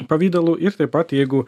pavidalu ir taip pat jeigu